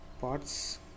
parts